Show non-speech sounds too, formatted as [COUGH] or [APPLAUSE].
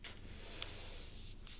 [NOISE]